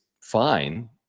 fine